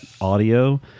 audio